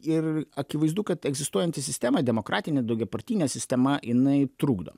ir akivaizdu kad egzistuojanti sistema demokratinė daugiapartinė sistema jinai trukdo